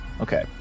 okay